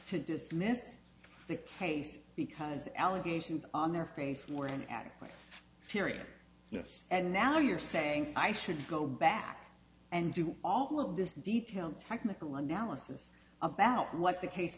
to dismiss the case because allegations on their face were in any way syria yes and now you're saying i should go back and do all of this detailed technical analysis about what the case